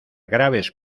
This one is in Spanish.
graves